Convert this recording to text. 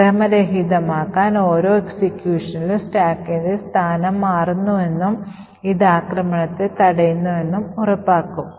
ക്രമരഹിതമാക്കൽ ഓരോ എക്സിക്യൂഷനിലും സ്റ്റാക്കിന്റെ സ്ഥാനം മാറുമെന്നും ഇത് ആക്രമണത്തെ തടയുമെന്നും ഉറപ്പാക്കും